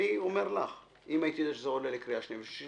אני אומר לך אם הייתי יודע שזה עולה לקריאה שנייה ושלישית,